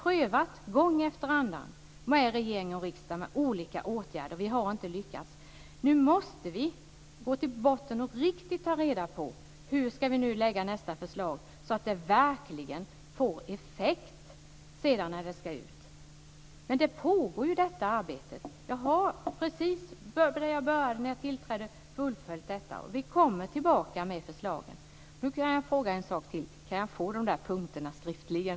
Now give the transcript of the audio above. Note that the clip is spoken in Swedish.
Regering och riksdag har prövat - gång efter annan - olika åtgärder, och vi har inte lyckats. Nu måste vi gå till botten och riktigt ta reda på hur nästa förslag ska se ut för att det verkligen ska få effekt när det kommer ut. Men detta arbete pågår. Jag fullföljer det jag påbörjade när jag tillträdde. Vi kommer tillbaka med förslagen. Nu kan jag fråga en sak till. Kan jag få de där punkterna skriftligen?